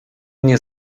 nie